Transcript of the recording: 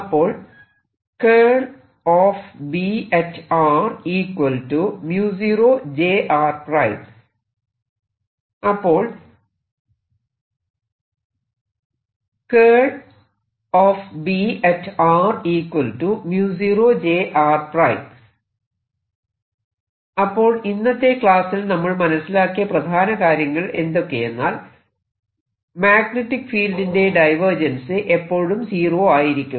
അപ്പോൾ അപ്പോൾ അപ്പോൾ ഇന്നത്തെ ക്ലാസ്സിൽ നമ്മൾ മനസിലാക്കിയ പ്രധാന കാര്യങ്ങൾ എന്തൊക്കെയെന്നാൽ മാഗ്നെറ്റിക് ഫീൽഡിന്റെ ഡൈവേർജൻസ് എല്ലായ്പോഴും സീറോ ആയിരിക്കും